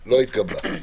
לא יוכלו להפגין.